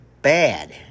bad